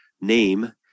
name